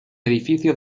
edificio